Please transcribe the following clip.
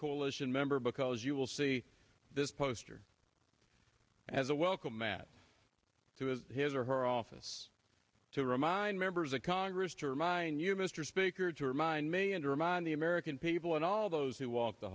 coalition member because you will see this poster as a welcome mat through his or her office to remind members of congress to remind you mr speaker to remind me and remind the american people and all those who walk the